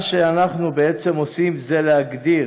מה שאנחנו בעצם עושים זה להגדיר